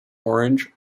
orange